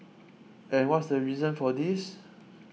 and what's the reason for this